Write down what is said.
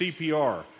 cpr